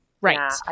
Right